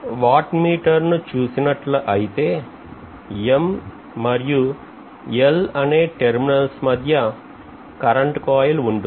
what meter ను చూసినట్లు అయితే M మరియు L అనే టెర్మినల్స్ మధ్య కరెంటు కోయిల్ ఉంటుంది